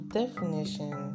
definition